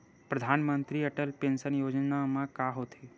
परधानमंतरी अटल पेंशन योजना मा का होथे?